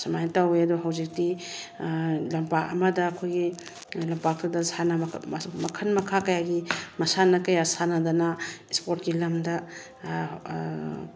ꯁꯨꯃꯥꯏꯅ ꯇꯧꯋꯦ ꯑꯗꯣ ꯍꯧꯖꯤꯛꯇꯤ ꯂꯝꯄꯥꯛ ꯑꯃꯗ ꯑꯩꯈꯣꯏꯒꯤ ꯂꯝꯄꯥꯛꯇꯨꯗ ꯃꯈꯜ ꯃꯈꯥ ꯀꯌꯥꯒꯤ ꯃꯁꯥꯟꯅ ꯀꯌꯥ ꯁꯥꯟꯅꯗꯅ ꯏꯁꯄꯣꯔꯠꯀꯤ ꯂꯝꯗ